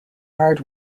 hard